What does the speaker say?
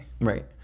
right